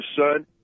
son